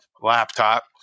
laptop